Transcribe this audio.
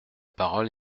parole